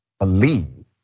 Believe